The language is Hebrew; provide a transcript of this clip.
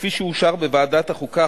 כפי שאושר בוועדת החוקה,